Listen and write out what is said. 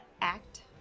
act